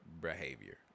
behavior